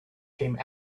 came